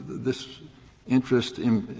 this interest